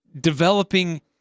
developing –